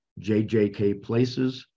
jjkplaces